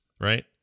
right